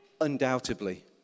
undoubtedly